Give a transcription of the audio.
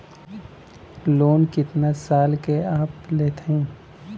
Loan कितना खाल के आप लेत हईन?